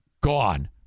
gone